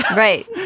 right?